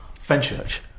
Fenchurch